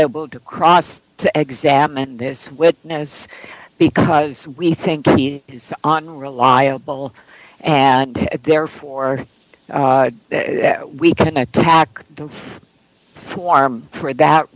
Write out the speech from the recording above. able to cross to examine this witness because we think he's on reliable and therefore we can attack the form for that